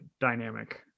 dynamic